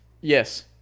Yes